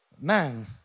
Man